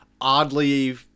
oddly